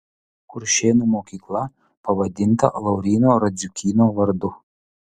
kuršėnų mokykla pavadinta lauryno radziukyno vardu